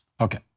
Okay